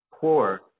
poor